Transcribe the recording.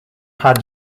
had